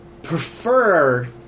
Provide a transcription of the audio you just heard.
Prefer